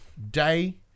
day